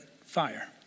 fire